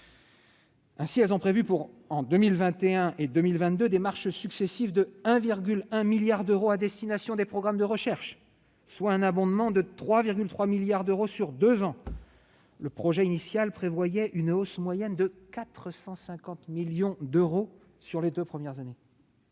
Ainsi, elles ont prévu pour 2021 et 2022 des marches successives de 1,1 milliard d'euros à destination des programmes de recherche, soit un abondement de 3,3 milliards d'euros sur deux ans. Le projet initial prévoyait, quant à lui, une hausse moyenne de 450 millions d'euros sur les deux premières années.